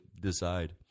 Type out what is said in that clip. decide